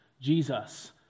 Jesus